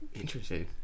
Interesting